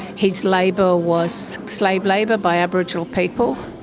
his labour was slave labour by aboriginal people.